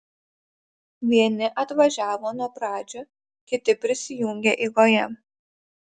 vieni atvažiavo nuo pradžių kiti prisijungė eigoje